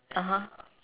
(uh huh)